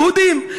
יהודים.